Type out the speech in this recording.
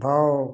भाव